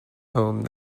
home